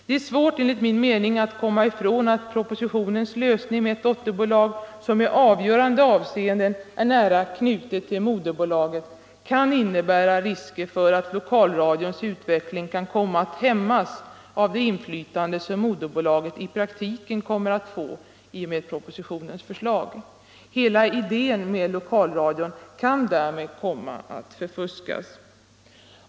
Det är svårt enligt min mening att komma ifrån att propositionens lösning med ett dotterbolag som i avgörande avseenden är nära knutet till moderbolaget kan innebära risker för att lokalradions utveckling kan komma att hämmas av det inflytande som moderbolaget i praktiken kommer att få i och med propositionens förslag. Hela idén med lokalradion kan därmed komma att förfuskas.